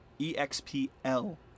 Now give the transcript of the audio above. E-X-P-L